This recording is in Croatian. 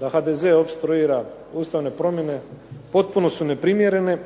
da HDZ opstruira ustavne promjene, potpuno su neprimjerene